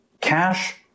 cash